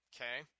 Okay